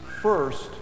first